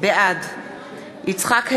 בעד יצחק הרצוג,